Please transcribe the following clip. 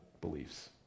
beliefs